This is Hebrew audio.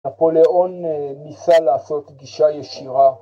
נפוליאון ניסה לעשות גישה ישירה